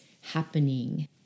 happening